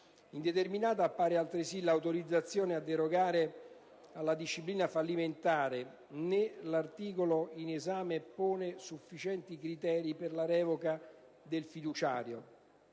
Indeterminata appare altresì l'autorizzazione a derogare alla disciplina fallimentare, né l'articolo in esame pone sufficienti criteri per la revoca del fiduciario.